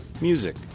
music